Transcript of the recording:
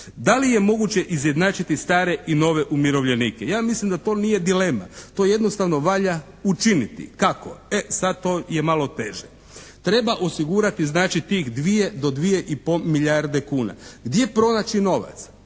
Da li je moguće izjednačiti stare i nove umirovljenike? Ja mislim da to nije dilema. To jednostavno valja učiniti. Kako? E sad, to je malo teže. Treba osigurati znači tih dvije do dvije i pol milijarde kuna. Gdje pronaći novac?